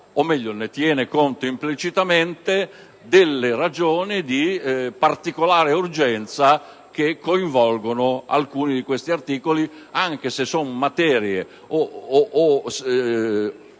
o meglio lo fa, ma implicitamente - delle ragioni di particolare urgenza che coinvolgono alcuni di questi articoli, anche se si tratta